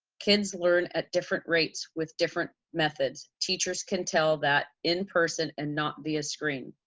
kids learn at different rates with different methods. teachers can tell that in person and not via screen.